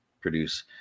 produce